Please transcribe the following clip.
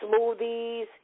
smoothies